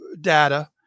data